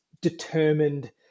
determined